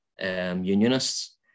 unionists